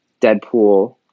Deadpool